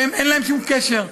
שאין להן שום קשר,